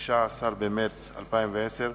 16 במרס 2010,